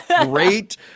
great